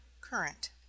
current